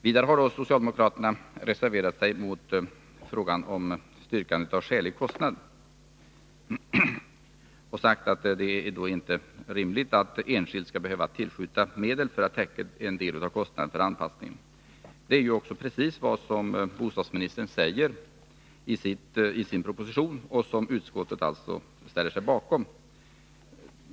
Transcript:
Vidare har socialdemokraterna reserverat sig vad gäller styrkande av skälig kostnad och sagt att det inte är rimligt att enskild skall behöva tillskjuta medel för att täcka en del av kostnaderna för anpassning. Det är precis vad bostadsministern säger i sin proposition, vilket utskottsmajoriteten alltså ställer sig bakom.